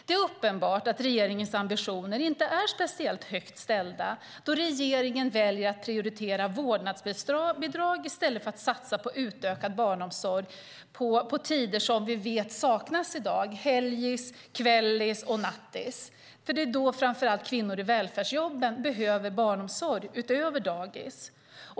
Det är uppenbart att regeringens ambitioner inte är speciellt högt ställda, då regeringen väljer att prioritera vårdnadsbidrag i stället för att satsa på utökad barnomsorg på tider som vi vet saknas i dag: helgis, kvällis och nattis. Det är framför allt då kvinnor i välfärdsjobben behöver barnomsorg utöver dagis.